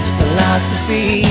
philosophy